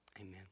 Amen